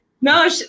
No